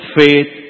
faith